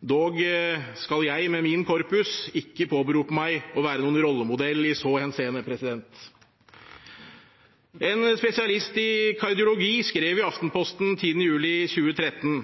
dog skal jeg, med min korpus, ikke påberope meg å være noen rollemodell i så henseende. En spesialist i kardiologi skrev i Aftenposten den 10. juli 2013: